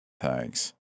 Thanks